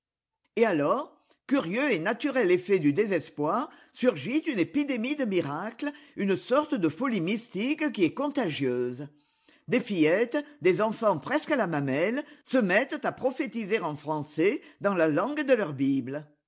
et alors curieux et naturel effet du désespoir surgit une épidémie de miracles une sorte de folie mystique qui est contagieuse des fillettes des enfants presque à la mamelle se mettent à prophétiser en français dans la langue de leur bible